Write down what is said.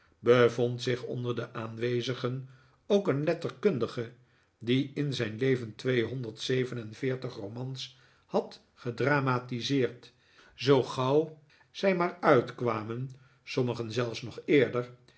bevond zich onder de aanwezigen ook een letterkundige die in zijn leven tweehonderd zeven en veertig romans had gedramatiseerd zoo gauw zij maar uitkwamen sommigen zelfs nog eerder